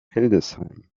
hildesheim